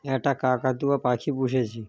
একটা কাকাতুয়া পাখি পুষেছি